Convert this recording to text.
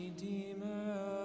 Redeemer